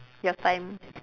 your time